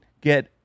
get